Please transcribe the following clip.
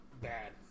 bad